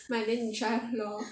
买 then 你 try lor